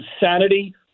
insanity